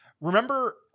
Remember